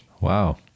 wow